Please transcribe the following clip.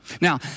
Now